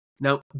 now